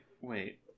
wait